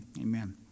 Amen